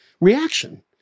reaction